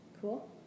Cool